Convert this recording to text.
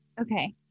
Okay